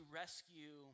rescue